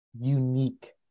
unique